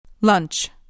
Lunch